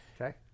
Okay